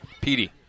Petey